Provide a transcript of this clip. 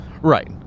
Right